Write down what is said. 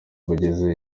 bugeze